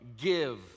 give